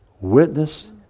Witness